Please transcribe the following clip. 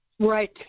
Right